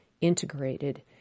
integrated